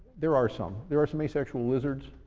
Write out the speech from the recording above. there are some. there are some asexual lizards.